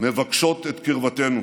מבקשות את קרבתנו.